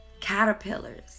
Caterpillars